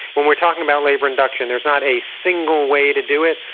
when we are talking about labour induction there's not a single way to do it,